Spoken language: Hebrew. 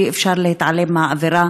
אי-אפשר להתעלם מהאווירה